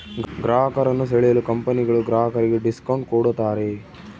ಗ್ರಾಹಕರನ್ನು ಸೆಳೆಯಲು ಕಂಪನಿಗಳು ಗ್ರಾಹಕರಿಗೆ ಡಿಸ್ಕೌಂಟ್ ಕೂಡತಾರೆ